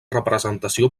representació